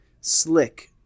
slick